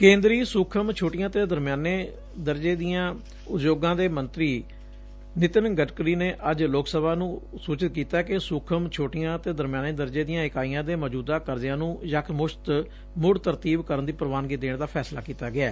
ਕੇਂਦਰੀ ਸੂਖਮ ਛੋਟੀਆਂ ਅਤੇ ਦਰਮਿਆਨੇ ਉਦਯੋਗ ਮੰਤਰੀ ਨਿਤਿਨ ਗਡਕਰੀ ਨੇ ਸਰਕਾਰ ਨੇ ਅੱਜ ਲੋਕ ਸਭਾ ਨੂੰ ਸੁਚਿਤ ਕੀਤੈ ਕਿ ਸੁਖਮ ਛੋਟੀਆਂ ਅਤੇ ਦਰਮਿਆਨੇ ਦਰਜੇ ਦੀਆਂ ਇਕਾਈਆਂ ਦੇ ਮੌਜੁਦਾ ਕਰਜ਼ਿਆ ਨੂੰ ਇਕ ਵਾਰ ਮੁੜ ਤਰਤੀਬ ਕਰਨ ਦੀ ਪ੍ਵਾਨਗੀ ਦੇਣ ਦਾ ਫੈਸਲਾ ਕੀਤਾ ਗਿਐ